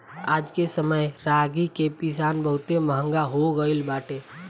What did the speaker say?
आजके समय में रागी के पिसान बहुते महंग हो गइल बाटे